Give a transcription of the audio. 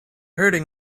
hurting